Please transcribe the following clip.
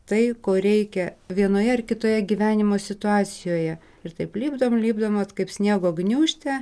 tai ko reikia vienoje ar kitoje gyvenimo situacijoje ir taip lipdom lipdom vat kaip sniego gniūžtę